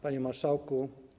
Panie Marszałku!